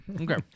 Okay